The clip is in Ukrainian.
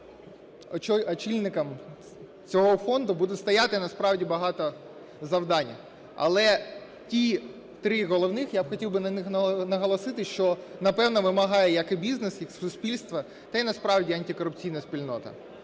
очільником цього Фонду буде стояти насправді багато завдань. Але ті три головних, я хотів би на них наголосити, що, напевно, вимагає, як і бізнес, і суспільство, та й насправді і антикорупційна спільнота.